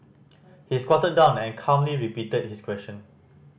he squatted down and calmly repeated his question